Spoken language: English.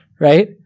right